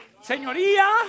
señoría